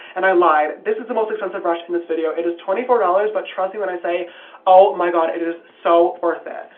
and i lied, this is the most expensive brush in this video it is twenty four dollars but trust me when i say oh my god it it is so worth it.